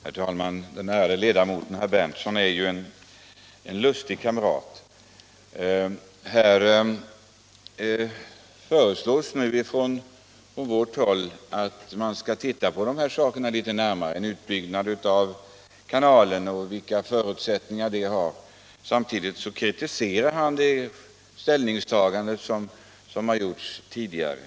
Herr talman! Den ärade ledamoten herr Berndtson är en lustig kamrat! Här föreslår vi från vårt håll att man skall se litet närmare på vilka förutsättningar som finns för en utbyggnad av Göta kanal, men herr Berndtson kritiserar då med utgångspunkt i det ställningstagande som gjorts tidigare.